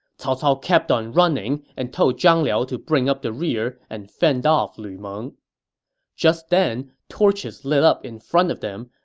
cao cao kept on running and told zhang liao to bring up the rear and fend off lu meng just then, torches lit up in front of them,